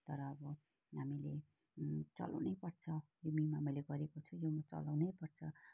तर अब हामीले चलाउनै पर्छ यो बिमा मैले गरेको छु यो म चलाउनै पर्छ